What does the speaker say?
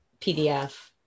PDF